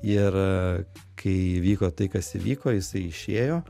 ir kai įvyko tai kas įvyko jisai išėjo